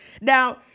now